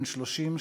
בן 30,